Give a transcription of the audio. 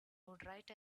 write